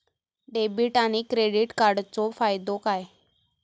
Debit आणि credit कार्डचो फायदो काय?